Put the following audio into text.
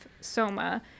Soma